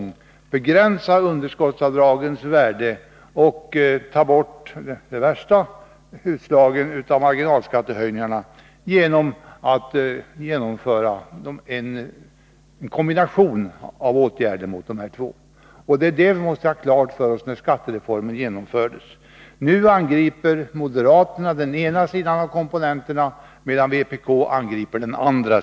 Genom en kombination av åtgärder begränsade vi underskottsavdragens värde och tog bort de värsta utslagen av marginalskattehöjningarna. Detta måste vi ha klart för oss beträffande skattereformen. Nu angriper moderaterna den ena komponenten, medan vpk angriper den andra.